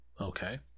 Okay